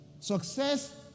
success